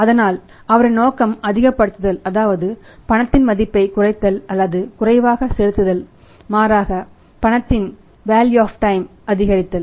அதனால் அவரின் நோக்கம் அதிகப்படுத்துதல் அதாவது பணத்தின் மதிப்பை குறைத்தல் அல்லது குறைவாக செலுத்துதல் மாறாக பணத்தின் வேல்யூ ஆப் டைம் அதிகரித்தல்